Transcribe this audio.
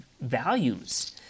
values